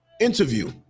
interview